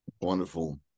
wonderful